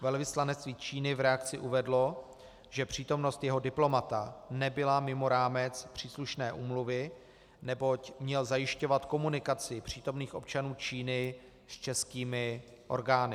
Velvyslanectví Číny v reakci uvedlo, že přítomnost jeho diplomata nebyla mimo rámec příslušné úmluvy, neboť měl zajišťovat komunikaci příslušných občanů Číny s českými orgány.